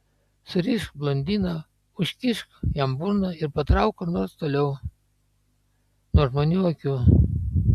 surišk blondiną užkišk jam burną ir patrauk kur nors toliau nuo žmonių akių